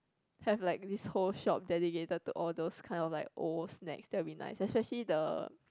have like this whole shop dedicated to all those kind of like old snacks that'll be nice especially the